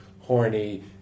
horny